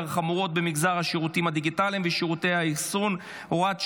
חמורות במגזר השירותים הדיגיטליים ושירותי האחסון (הוראת שעה,